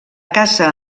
caça